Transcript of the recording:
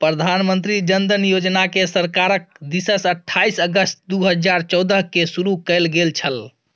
प्रधानमंत्री जन धन योजनाकेँ सरकारक दिससँ अट्ठाईस अगस्त दू हजार चौदहकेँ शुरू कैल गेल छल